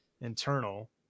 internal